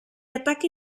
attacchi